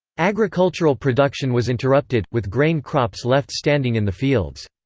agricultural production was interrupted, with grain crops left standing in the fields.